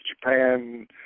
Japan